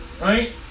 Right